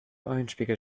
eulenspiegel